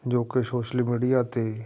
ਜੋ ਕਿ social media 'ਤੇ